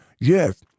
yes